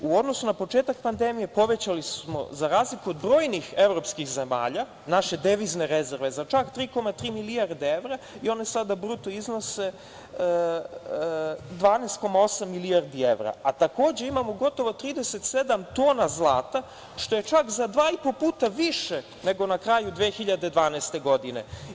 U odnosu na početak pandemije povećali smo, za razliku od brojnih evropskih zemalja, naše devizne rezerve za čak 3,3 milijarde evra i one sada bruto iznose 12,8 milijardi evra, a takođe imamo gotovo 37 tona zlata što je čak za 2,5 puta više nego na kraju 2012. godine.